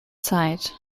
zeit